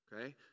Okay